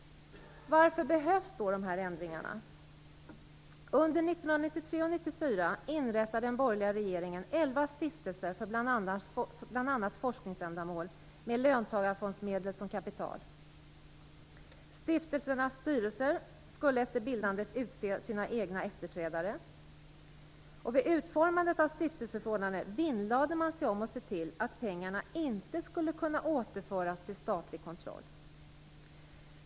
Varför behövs då dessa ändringar? Under 1993 och 1994 inrättade den borgerliga regeringen elva stiftelser för bl.a. forskningsändamål med löntagarfondsmedel som kapital. Stiftelsernas styrelser skulle efter bildandet utse sina egna efterträdare. Vid utformandet av stiftelseförordnandena vinnlade man sig om att se till att pengarna inte skulle kunna återföras till statlig kont roll.